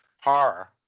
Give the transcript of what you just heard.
horror